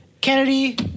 Kennedy